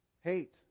Hate